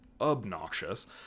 obnoxious